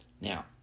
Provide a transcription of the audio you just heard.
Now